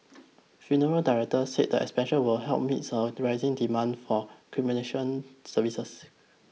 funeral directors said the expansion will help meet a rising demand for cremation services